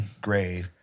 Gray